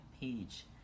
page